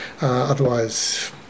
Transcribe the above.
Otherwise